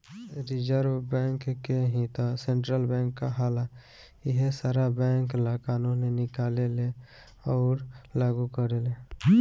reserve bank के ही त सेन्ट्रल बैंक कहाला इहे सारा बैंक ला कानून निकालेले अउर लागू करेले